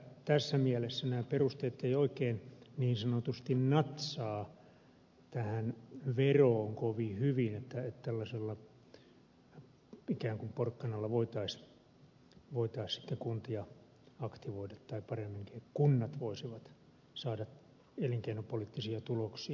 tässä mielessä nämä perusteet eivät oikein niin sanotusti natsaa tähän veroon kovin hyvin että tällaisella ikään kuin porkkanalla voitaisiin sitten kuntia aktivoida tai paremminkin kunnat voisivat saada elinkeinopoliittisia tuloksia aikaan